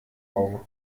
augen